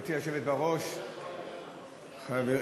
היושבת בראש,